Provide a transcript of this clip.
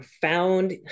found